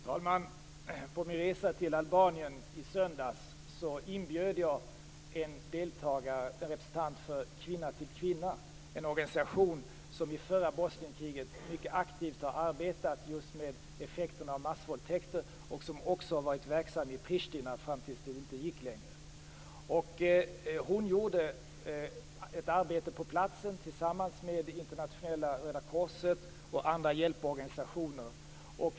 Fru talman! På min resa till Albanien i söndags inbjöd jag en representant för Kvinna till Kvinna, en organisation som i förra Bosnienkriget mycket aktivt har arbetat just med effekterna av massvåldtäkter och som också har varit verksam i Pristina fram till dess att det inte längre gick. Hon gjorde ett arbete på platsen tillsammans med Internationella Röda korset och andra hjälporganisationer.